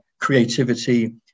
creativity